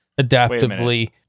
adaptively